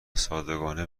صادقانه